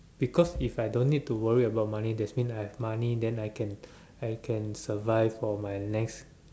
because if I'm no need to worry about money that means I'm have money then I'm can I'm can survive for my next